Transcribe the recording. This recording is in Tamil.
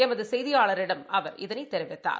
எமதுசெய்தியாளரிடம் அவர் இதனைத் தெரிவித்தார்